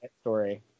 story